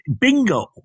bingo